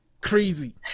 crazy